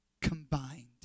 combined